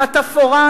התפאורה,